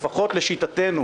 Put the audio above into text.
לפחות לשיטתנו,